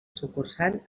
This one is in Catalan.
sucursal